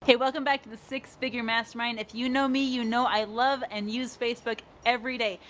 okay, welcome back to the six figure mastermind. if you know me, you know i love and use facebook everyday.